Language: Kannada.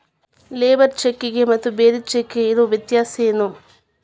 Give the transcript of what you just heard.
ಲೇಬರ್ ಚೆಕ್ಕಿಗೆ ಮತ್ತ್ ಬ್ಯಾರೆ ಚೆಕ್ಕಿಗೆ ಇರೊ ವ್ಯತ್ಯಾಸೇನು?